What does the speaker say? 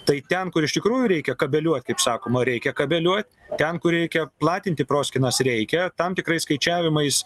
tai ten kur iš tikrųjų reikia kabeliuot kaip sakoma reikia kabeliuot ten kur reikia platinti proskynas reikia tam tikrais skaičiavimais